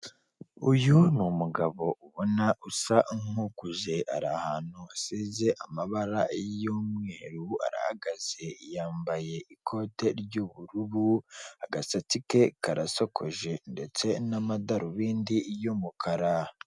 Uyu ni umugabo ubona usa nk'ukuze, ari ahantu hasize amabara y'umweru, arahagaze yambaye ikote ry'ubururu, agasatsi ke karasokoje ndetse n'amadarubindi y'umukara.